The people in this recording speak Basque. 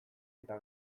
eta